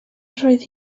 roedd